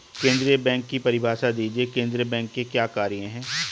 केंद्रीय बैंक की परिभाषा दीजिए केंद्रीय बैंक के क्या कार्य हैं?